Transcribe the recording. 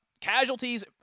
casualties